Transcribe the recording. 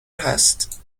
هست